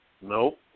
Nope